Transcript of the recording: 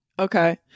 Okay